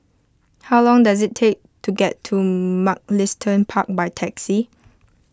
how long does it take to get to Mugliston Park by taxi